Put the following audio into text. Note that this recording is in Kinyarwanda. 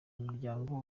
umuryango